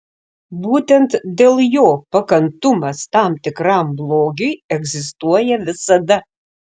būtent dėl jo pakantumas tam tikram blogiui egzistuoja visada